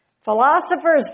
Philosophers